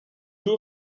two